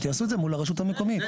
יעשו את זה מול הרשות המקומית.